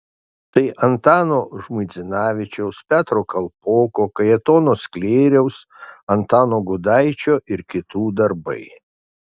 tai antano žmuidzinavičiaus petro kalpoko kajetono sklėriaus antano gudaičio ir kitų darbai